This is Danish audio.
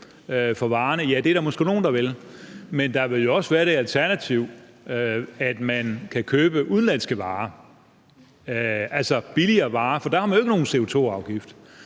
for varerne? Ja, det er der måske nogle, der vil, men der vil jo også være det alternativ, at man kan købe udenlandske varer, altså billigere varer, for der har man jo ikke nogen CO2-afgift.